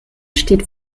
steht